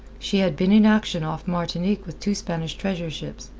she had been in action off martinique with two spanish treasure ships,